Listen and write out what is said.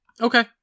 Okay